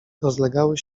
rozlegały